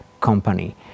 company